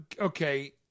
okay